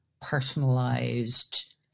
personalized